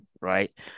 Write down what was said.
right